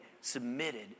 submitted